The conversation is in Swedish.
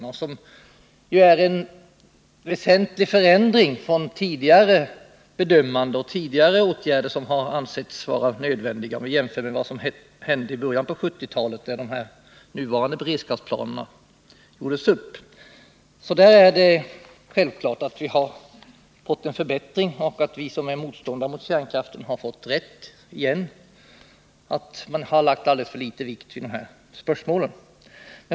Den innebär ju också en väsentlig förändring i jämförelse med den bedömning som gjordes i början av 1970-talet, när de nuvarande beredskapsplanerna gjordes upp, av vilka åtgärder som skulle vara nödvändiga. Det är självklart att vi på den punkten har fått en förbättring och att vi som är motståndare till kärnkraften har fått rätt igen — dvs. man har lagt alldeles för liten vikt vid dessa spörsmål.